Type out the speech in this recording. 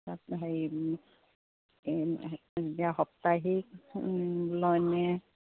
তাত হেৰি এতিয়া সাপ্তাহিক লয়নে